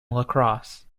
lacrosse